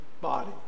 body